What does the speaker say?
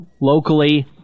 Locally